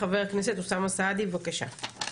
חבר הכנסת אוסאמה סעדי, בבקשה.